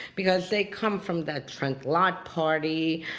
because they come from the trent lott party,